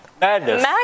madness